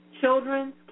Children's